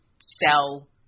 sell